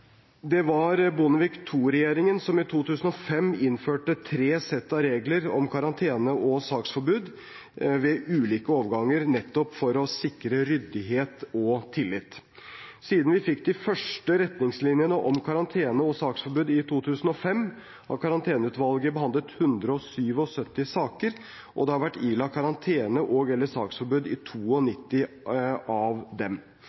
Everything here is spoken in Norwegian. Det var Bondevik II-regjeringen som i 2005 innførte tre sett av regler om karantene og saksforbud ved ulike overganger, nettopp for å sikre ryddighet og tillit. Siden vi fikk de første retningslinjene om karantene og saksforbud i 2005, har Karanteneutvalget behandlet 177 saker, og det har vært ilagt karantene og/eller saksforbud i 92 av dem.